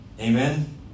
Amen